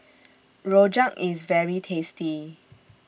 Rojak IS very tasty